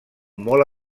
molt